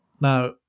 Now